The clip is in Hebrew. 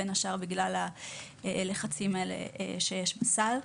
בין השאר בגלל הלחצים האלה שיש בסל.